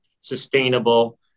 sustainable